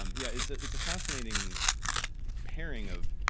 um yeah it's ah it's a fascinating pairing of,